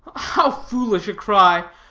how foolish a cry,